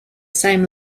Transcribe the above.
same